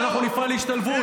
ואנחנו נפעל להשתלבות.